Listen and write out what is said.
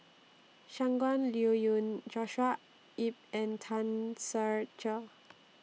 Shangguan Liuyun Joshua Ip and Tan Ser Cher